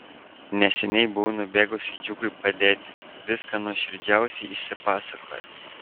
neseniai buvau nubėgusi džiugui padėti viską nuoširdžiausiai išsipasakojo